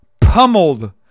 pummeled